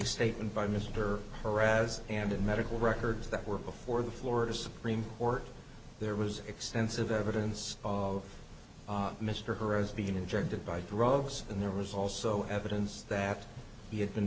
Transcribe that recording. statement by mr arad as and in medical records that were before the florida supreme court there was extensive evidence of mr her as being injected by drugs and there was also evidence that he had been